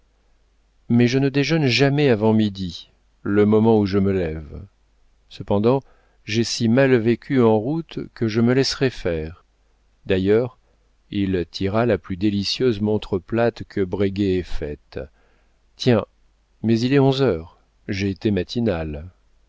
mais je ne déjeune jamais avant midi le moment où je me lève cependant j'ai si mal vécu en route que je me laisserai faire d'ailleurs il tira la plus délicieuse montre plate que breguet ait faite tiens mais il est onze heures j'ai été matinal